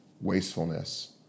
wastefulness